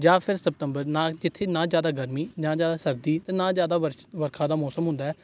ਜਾਂ ਫਿਰ ਸਤੰਬਰ ਨਾ ਜਿੱਥੇ ਨਾ ਜ਼ਿਆਦਾ ਗਰਮੀ ਨਾ ਜ਼ਿਆਦਾ ਸਰਦੀ ਅਤੇ ਨਾ ਜ਼ਿਆਦਾ ਵਰ ਵਰਖਾ ਦਾ ਮੌਸਮ ਹੁੰਦਾ